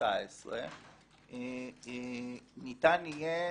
2019 ניתן יהיה